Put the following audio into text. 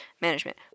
management